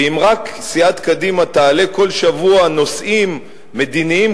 ואם רק סיעת קדימה תעלה כל שבוע נושאים מדיניים,